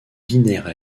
binaires